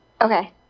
okay